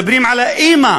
מדברים על האימא,